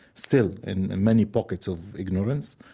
still in many pockets of ignorance.